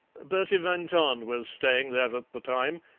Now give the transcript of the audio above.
bertie van tahn was staying there at the time,